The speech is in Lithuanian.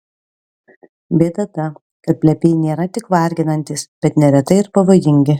bėda ta kad plepiai nėra tik varginantys bet neretai ir pavojingi